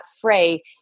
fray